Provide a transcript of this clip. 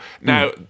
now